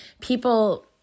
people